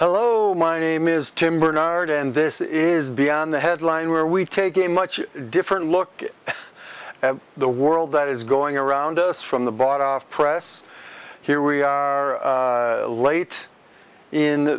hello my name is tim barnard and this is beyond the headline where we take a much different look at the world that is going around us from the bought off press here we are late in